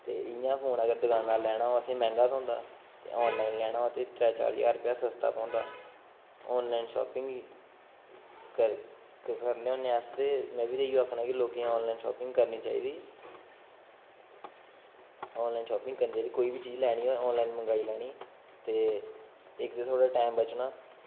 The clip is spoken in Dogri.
ते इ'यां फोन अगर दकानां दा लैना होऐ असेंगी मैंह्गा थ्होंदा ते आनलाइन लैना होऐ ते त्रै चार ज्हार रपेआ सस्ता पौंदा आनलाइन शापिंग कर करने होन्ने अस ते में बी ते इयो आखना लोकें गी आनलाइन शापिंग करनी चाहिदी आनलाइन शापिंग करनी चाहिदी कोई बी चीज लैनी होऐ आनलाइन मंगाई लैनी ते इक ते थुआढ़ा टाईम बचना